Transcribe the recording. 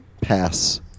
pass